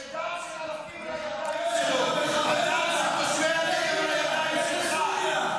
שדם של הנופלים על הידיים שלו,